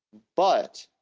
but